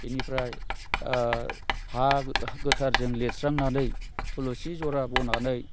बिनिफ्राय हा गोथारजों लिरस्रांनानै थुलुसि जरा बनानै